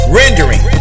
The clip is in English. rendering